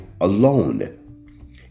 alone